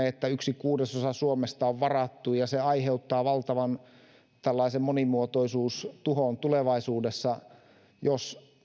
että yksi kuudesosa suomesta on varattu ja että aiheuttaa valtavan monimuotoisuustuhon tulevaisuudessa jos